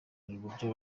uburyo